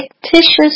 fictitious